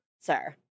Sir